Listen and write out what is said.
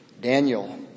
Daniel